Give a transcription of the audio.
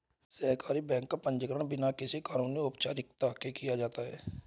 सहकारी बैंक का पंजीकरण बिना किसी कानूनी औपचारिकता के किया जा सकता है